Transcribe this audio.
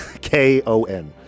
K-O-N